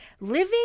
Living